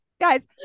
Guys